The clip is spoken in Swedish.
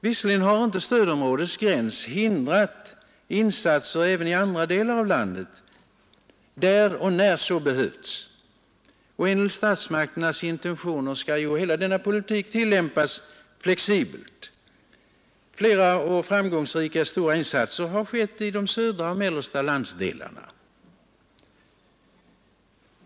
Visserligen har inte stödområdets gräns hindrat insatser även i andra delar av landet där och när så behövts. Enligt statsmakternas intentioner skall hela denna politik tillämpas flexibelt. Flera och framgångsrika stora insatser har skett i södra och mellersta landsdelarna.